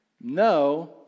no